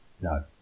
no